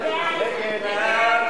47 בעד,